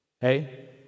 Hey